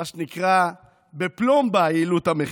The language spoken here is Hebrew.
מה שנקרא, בפלומבה העלו את המחיר,